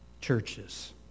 churches